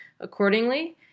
accordingly